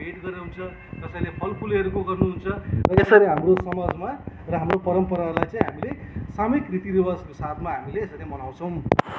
भेट गरेर हुन्छ कसैले फलफुलहरूको गर्नुहुन्छ यसरी हाम्रो समाजमा र हाम्रो परम्पराहरलाई चाहिँ हामीले सामुहिक रीति रिवाजको साथमा हामीले यसरी मनाउँछौँ